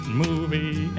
movie